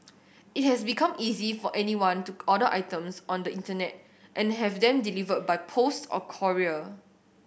it has become easy for anyone to order items on the Internet and have them delivered by post or courier